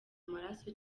amaraso